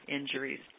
injuries